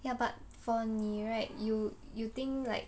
ya but for 你 right you you think like